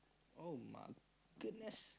oh-my-goodness